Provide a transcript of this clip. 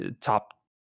top